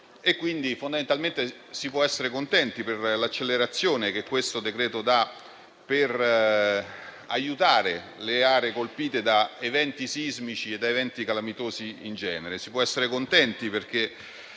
Sigismondi. Fondamentalmente, si può essere contenti per l'accelerazione che questo decreto imprime, per aiutare le aree colpite da eventi sismici e calamitosi in genere. Si può essere contenti perché,